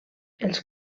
els